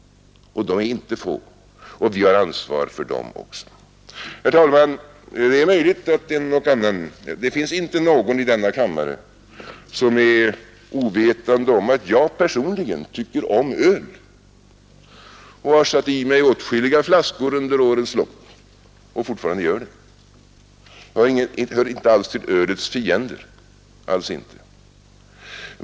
De är inte få, och vi har ansvar för dem också. Herr talman! Det finns inte någon i denna kammare som är ovetande om att jag personligen tycker om öl och har satt i mig åtskilliga flaskor under årens lopp — och fortfarande gör det. Jag hör inte alls till ölets fiender.